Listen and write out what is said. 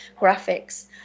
graphics